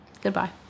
goodbye